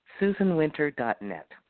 susanwinter.net